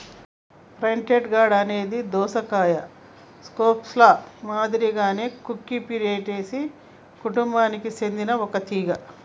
pointed gourd అనేది దోసకాయ, squash ల మాదిరిగానే కుకుర్చిటేసి కుటుంబానికి సెందిన ఒక తీగ